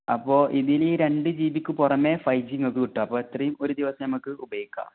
അപ്പോൾ ഇതിന് രണ്ട് ജി ബിക്ക് പുറമേ ഫൈവ് ജി നിങ്ങൾക്ക് കിട്ടും അപ്പം അത്രയും ഒരു ദിവസം നിങ്ങൾക്ക് ഉപയോഗിക്കാം